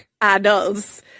adults